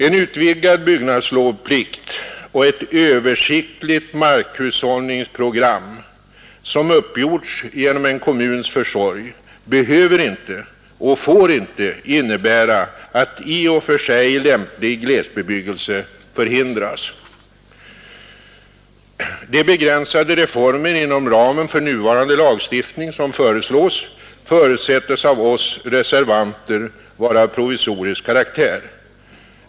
En utvidgad byggnadslovsplikt och ett översiktligt markhushällningsprogram, som uppgjorts genom en kommuns försorg, behöver inte och får inte innebära att i och för sig lämplig glesbebyggelse förhindras. De begränsade reformer inom ramen för nuvarande lagstiftning som föreslås förutsättes av oss reservanter vara av provisorisk karaktär.